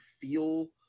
feel –